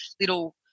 little